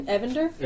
Evander